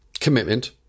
commitment